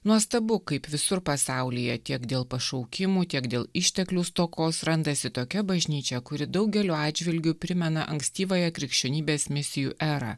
nuostabu kaip visur pasaulyje tiek dėl pašaukimų tiek dėl išteklių stokos randasi tokia bažnyčia kuri daugeliu atžvilgių primena ankstyvąją krikščionybės misijų erą